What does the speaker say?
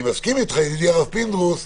אני מסכים איתך, ידידי הרב פינדרוס,